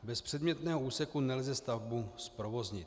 Bez předmětného úseku nelze stavbu zprovoznit.